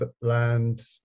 land